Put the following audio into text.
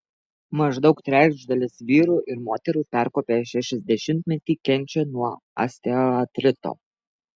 maždaug trečdalis vyrų ir moterų perkopę šešiasdešimtmetį kenčia nuo osteoartrito